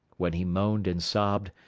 when he moaned and sobbed,